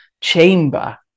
chamber